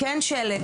כן שלט,